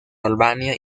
albania